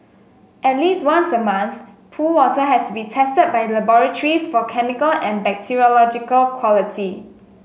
at least once a month pool water has to be tested by laboratories for chemical and bacteriological quality